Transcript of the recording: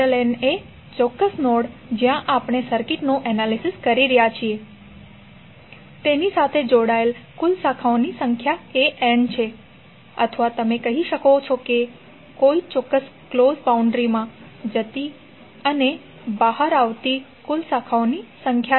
N શું છે N એ ચોક્કસ નોડ જ્યાં આપણે સર્કિટનું એનાલિસિસ કરી રહ્યાં છે તેની સાથે જોડાયેલ કુલ શાખાઓની સંખ્યા છે અથવા તમે કહી શકો છો કે તે કોઈ ચોક્કસ ક્લોસ બાઉંડ્રીમા જતી અથવા માથી બહાર આવતી કુલ શાખાઓની સંખ્યા છે